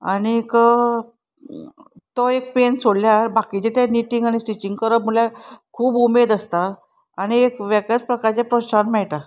आनीक तो एक पेन सोडल्यार बाकीचें तें निटींग आनी स्टिचींग करप म्हणल्यार खूब उमेद आसता आनी एक वेगळेच प्रकारचें प्रोत्साहन मेळटा